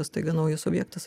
staiga naujas objektas